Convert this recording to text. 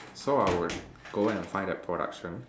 so I would go and find that production